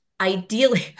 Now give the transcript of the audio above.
ideally